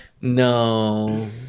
No